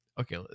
okay